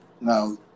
now